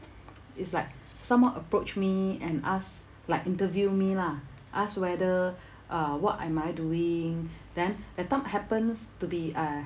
it's like someone approach me and ask like interview me lah ask whether uh what am I doing then that time happens to be uh